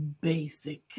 basic